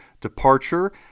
departure